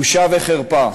בושה וחרפה.